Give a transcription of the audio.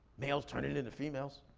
males turning into females,